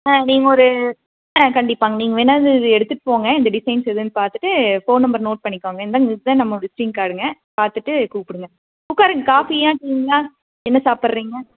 ஆ நீங்கள் ஒரு ஆ கண்டிப்பாங்க நீங்கள் வேணால் இது எடுத்துகிட்டு போங்க இந்த டிசைன்ஸ் எதுன்னு பார்த்துட்டு ஃபோன் நம்பர் நோட் பண்ணிக்கங்க இந்தாங்க இதுதான் நம்மமோட விஸ்ட்டிங் கார்டுங்க பார்த்துட்டு கூப்பிடுங்க உட்காருங்க காஃபியா டீயா என்ன சாப்பிடுறிங்க